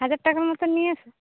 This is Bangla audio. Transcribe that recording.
হাজার টাকার মতো নিয়ে এসো